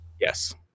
Yes